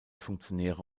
funktionäre